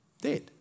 dead